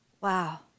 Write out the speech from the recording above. Wow